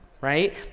right